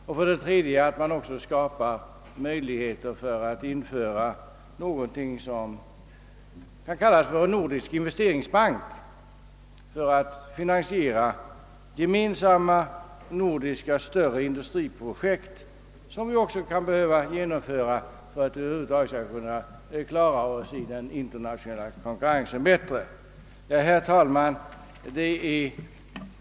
Man bör även skapa möjligheter att införa någonting som kan kallas för en nordisk investeringsbank för finansiering av gemensamma större nordiska industriprojekt, som vi kan behöva genomföra för att över huvud taget klara oss i den internationella konkurrensen. Herr talman!